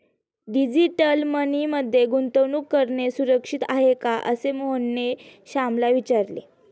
digital money मध्ये गुंतवणूक करणे सुरक्षित आहे का, असे मोहनने श्यामला विचारले